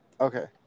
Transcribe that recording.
okay